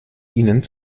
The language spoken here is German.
ihnen